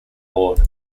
horde